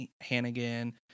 hannigan